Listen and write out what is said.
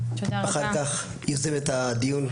אחר כך יוזמת הדיון,